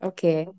Okay